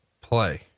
play